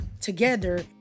together